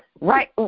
Right